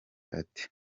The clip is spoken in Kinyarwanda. ati